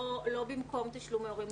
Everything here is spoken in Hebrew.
לא במקום תשלומי הורים,